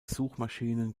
suchmaschinen